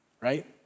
Right